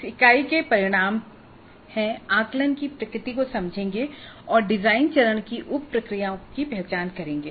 इस इकाई के परिणाम हैं आकलन की प्रकृति को समझेंगे और डिजाइन चरण की उप प्रक्रियाओं की पहचान करेंगे